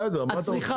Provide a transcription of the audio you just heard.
בסדר, מה אתה רוצה?